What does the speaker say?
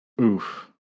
Oof